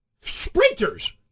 sprinters